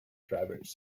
drivers